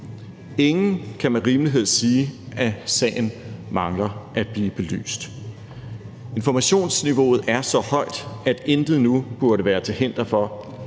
Ingen kan med rimelighed sige, at sagen mangler at blive belyst. Informationsniveauet er så højt, at intet nu burde være til hinder for,